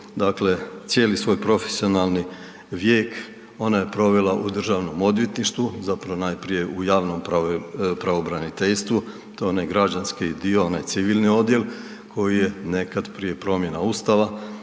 dakle cijeli svoj profesionalni vijek ona je provela u državnom odvjetništvu, zapravo najprije u javnom pravobraniteljstvu, to je onaj građanski dio, onaj civilni odjel koji je nekad prije promjena Ustava